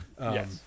Yes